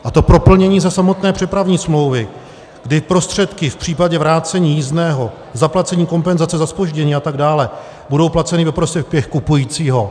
A to pro plnění ze samotné přepravní smlouvy, kdy prostředky v případě vrácení jízdného, zaplacení kompenzace za zpoždění atd. budou placeny ve prospěch toho kupujícího.